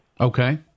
Okay